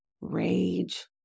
rage